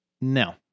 No